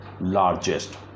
largest